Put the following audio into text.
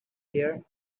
here